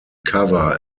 cover